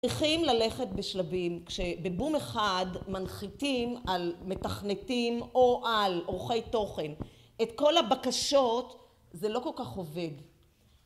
צריכים ללכת בשלבים. כשבבום אחד מנחיתים על מתכנתים או על עורכי תוכן את כל הבקשות - זה לא כל כך עובד